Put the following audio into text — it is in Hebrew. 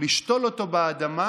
לשתול אותו באדמה,